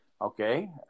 okay